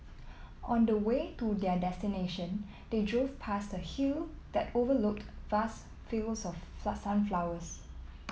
on the way to their destination they drove past a hill that overlooked vast fields of flood sunflowers